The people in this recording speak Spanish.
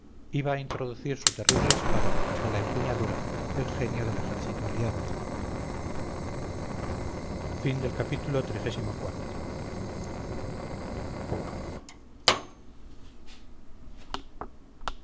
iba a introducir su terrible espada hasta la empuñadura el genio del ejército aliado